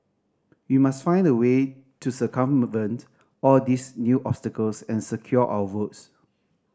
we must find a way to circumvent all these new obstacles and secure our votes